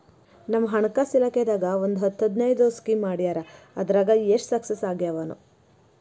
ನಮ್ ಹಣಕಾಸ್ ಇಲಾಖೆದಾಗ ಒಂದ್ ಹತ್ತ್ ಹದಿನೈದು ಸ್ಕೇಮ್ ಮಾಡ್ಯಾರ ಅದ್ರಾಗ ಎಷ್ಟ ಸಕ್ಸಸ್ ಆಗ್ಯಾವನೋ